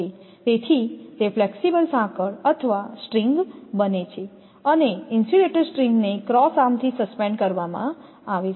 તેથી તે ફ્લેક્સિબલ સાંકળ અથવા સ્ટ્રિંગ બને છે અને ઇન્સ્યુલેટર સ્ટ્રિંગ ને ક્રોસ આર્મથી સસ્પેન્ડ કરવામાં આવે છે